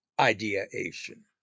ideation